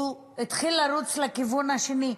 הוא התחיל לרוץ לכיוון השני.